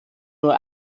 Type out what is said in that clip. nur